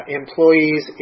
employees